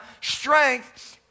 strength